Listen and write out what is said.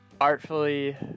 artfully